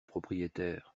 propriétaire